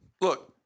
look